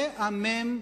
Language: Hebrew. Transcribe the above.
זה המ"ם